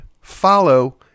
follow